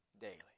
Daily